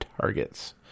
targets